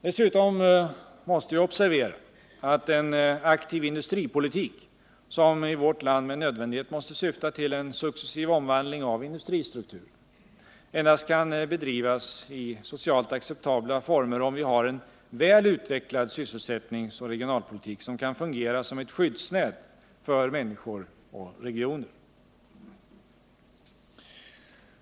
Dessutom måste vi observera att en aktiv industripolitik — som i vårt land med nödvändighet måste syfta till en successiv omvandling av industristrukturen — endast kan bedrivas i socialt acceptabla former om vi har en väl utvecklad sysselsättningsoch regionalpolitik som kan fungera som ett skyddsnät för människor och regioner.